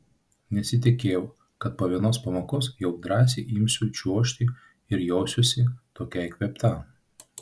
nesitikėjau kad po vienos pamokos jau drąsiai imsiu čiuožti ir jausiuosi tokia įkvėpta